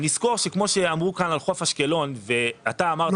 אני אזכור שכמו שאמרו כאן על חוף אשקלון ואתה אמרת